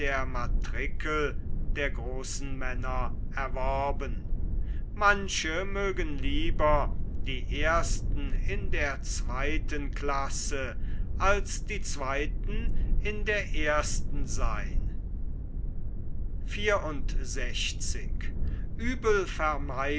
matrikel der großen männer erworben manche mögen lieber die ersten in der zweiten klasse als die zweiten in der ersten seyn